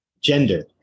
gender